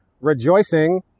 rejoicing